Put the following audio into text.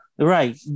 Right